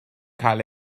cael